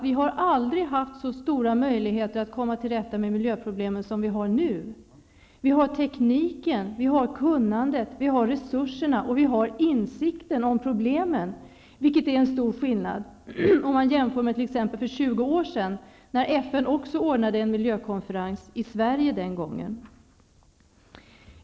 Vi har aldrig haft så stora möjligheter att komma till rätta med miljöproblemen som vi nu har. Vi har tekniken, kunnandet, resurserna och insikten om problemen, vilket är en stor skillnad om man jämför med t.ex. för 20 år sedan, då FN också ordnade en miljökonferens som den gången hölls i Sverige.